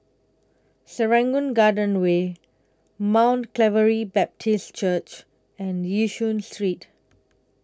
Serangoon Garden Way Mount Calvary Baptist Church and Yishun Street